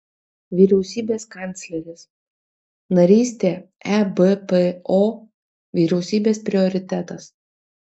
vyriausybės kancleris narystė ebpo vyriausybės prioritetas